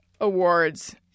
awards